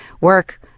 work